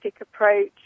approach